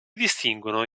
distinguono